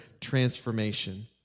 transformation